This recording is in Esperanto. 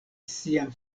sian